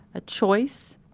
a choice?